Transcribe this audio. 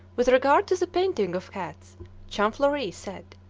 with regard to the painting of cats champfleury said,